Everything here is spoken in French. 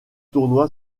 tournoi